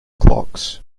clocks